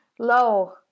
low